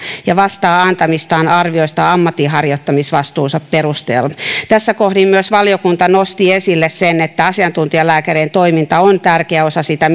ja vastaa antamistaan arvioista ammatinharjoittamisvastuunsa perusteella niin tässä kohdin myös valiokunta nosti esille sen että asiantuntijalääkäreiden toiminta on tärkeä osa sitä